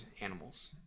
animals